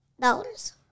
Dollars